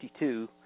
1952